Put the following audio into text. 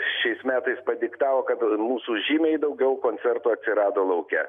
šiais metais padiktavo kad mūsų žymiai daugiau koncertų atsirado lauke